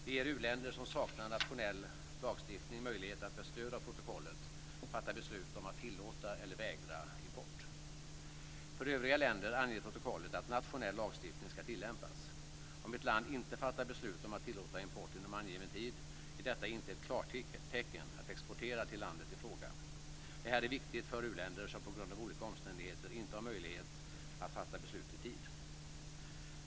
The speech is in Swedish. Det ger u-länder som saknar nationell lagstiftning möjlighet att med stöd av protokollet fatta beslut om att tillåta eller vägra import. För övriga länder anger protokollet att nationell lagstiftning ska tillämpas. Om ett land inte fattar beslut om att tillåta import inom angiven tid är detta inte ett klartecken att exportera till landet i fråga. Det här är viktigt för uländer som på grund av olika omständigheter inte har möjlighet att fatta beslut i tid.